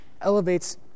elevates